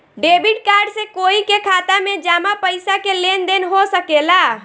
debit card से कोई के खाता में जामा पइसा के लेन देन हो सकेला